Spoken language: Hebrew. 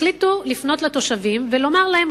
החליטו לפנות לתושבים ולומר להם: